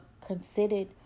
considered